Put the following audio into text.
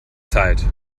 zeit